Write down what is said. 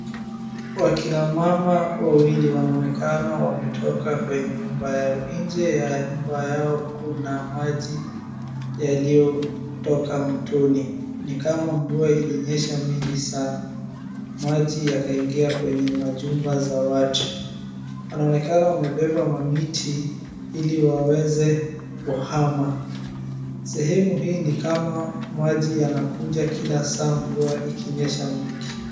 Wakina mama wawili wanaonekana wametoka kwenye nyumba yao. Nje ya nyumba yao kuna maji yaliyotoka mtoni ni kama mvua ilinyesha mingi sana maji yakaingia kwenye majumba za watu. Wanaonekana wamebeba mamiti ili waweze kuhama. Sehemu hii ni kama maji yanakuja kila saa mvua ikinyesha mingi.